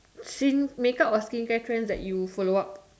skin~ skincare or make up trends that you follow up